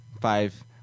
five